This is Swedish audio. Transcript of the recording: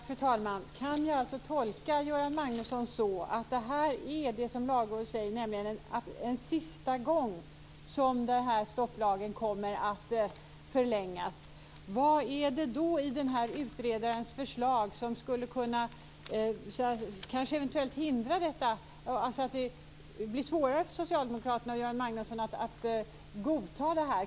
Fru talman! Kan jag alltså tolka Göran Magnussons uttalande som att det som Lagrådet säger är att stopplagen kommer att förlängas en sista gång? Vad är det då i utredarens förslag som eventuellt skulle kunna hindra en upprepning och göra så att det blir svårare för socialdemokraterna och Göran Magnusson att godta detta?